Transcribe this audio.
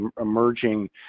emerging